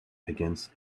against